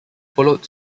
followed